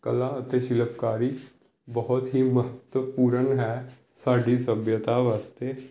ਕਲਾ ਅਤੇ ਸ਼ਿਲਪਕਾਰੀ ਬਹੁਤ ਹੀ ਮਹੱਤਵਪੂਰਨ ਹੈ ਸਾਡੀ ਸਭਿਅਤਾ ਵਾਸਤੇ